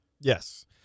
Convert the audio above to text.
Yes